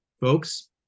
folks